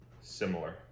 similar